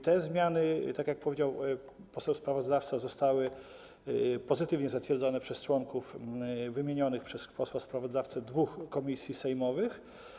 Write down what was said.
Te zmiany, tak jak powiedział poseł sprawozdawca, zostały pozytywnie zatwierdzone przez członków wymienionych przez posła sprawozdawcę dwóch komisji sejmowych.